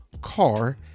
car